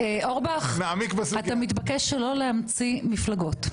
אורבך, אתה מתבקש שלא להמציא מפלגות.